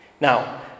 Now